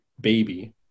baby